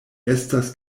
estas